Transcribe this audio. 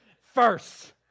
first